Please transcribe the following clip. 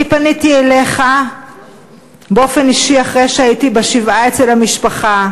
אני פניתי אליך באופן אישי אחרי שהייתי בשבעה אצל המשפחה,